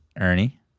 Ernie